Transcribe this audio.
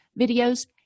videos